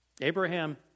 Abraham